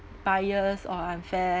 biased or unfair